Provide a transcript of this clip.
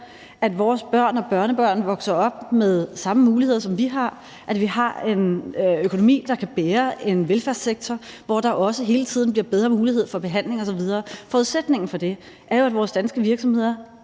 at vores børn og børnebørn vokser op med samme muligheder, som vi har, og at vi har en økonomi, der kan bære en velfærdssektor, hvor der hele tiden bliver bedre muligheder for behandling osv. Forudsætningen for det er jo, at vores danske virksomheder